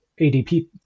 ADP